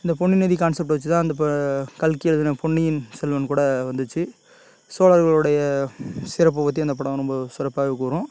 இந்தப் பொன்னி நதி கான்சப்ட் வச்சுதான் அந்த இப்போ கல்கி எழுதின பொன்னியின் செல்வன் கூட வந்துச்சு சோழர்களுடைய சிறப்புப் பற்றி அந்தப்படம் ரொம்ப சிறப்பாகவே கூறும்